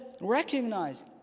recognize